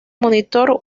monitor